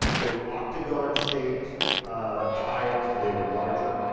they were octagon shaped ah tiles, and they were larger.